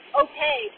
okay